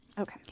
Okay